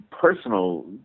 personal